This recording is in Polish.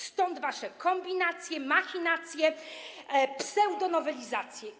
Stąd wasze kombinacje, machinacje, pseudonowelizacje.